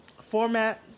format